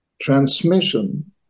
transmission